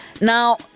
now